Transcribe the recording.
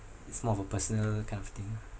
it's more of a personal kind of thing ah